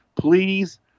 please